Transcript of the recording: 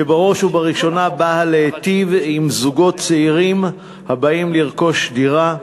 שבראש ובראשונה באה להיטיב עם זוגות צעירים הבאים לרכוש דירה.